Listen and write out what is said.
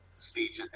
speech